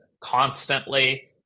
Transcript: constantly